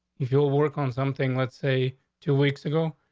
if you'll work on something, let's say two weeks ago,